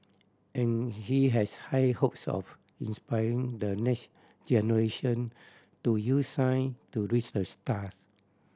and he has high hopes of inspiring the next generation to use science to reach the stars